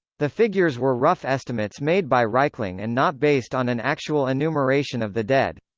the figures were rough estimates made by reichling and not based on an actual enumeration of the dead.